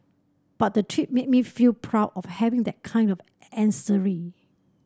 but the trip made me feel proud of having that kind of ancestry